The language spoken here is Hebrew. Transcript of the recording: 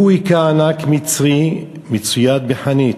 הוא הכה ענק מצרי מצויד בחנית,